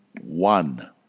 one